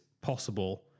possible